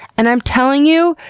and i'm telling you,